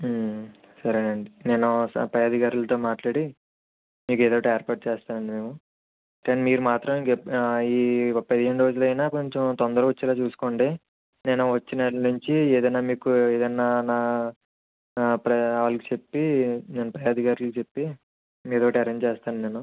సరేనండి నేను పై అధికారులతో మాట్లాడి మీకు ఏదో ఒకటి ఏర్పాటు చేస్తామండి మేము కానీ మీరు మాత్రం ఈ పదిహేను రోజులైనా కొంచెం తొందరగా వచ్చేలా చూసుకోండి నేను వచ్చే నెల నుంచి ఏదైనా మీకు ఏదన్నా నా వాళ్ళకి చెప్పి నేను ఫై అధికారులతో చెప్పి ఏదో ఒకటి ఆరెంజ్ చేస్తాను నేను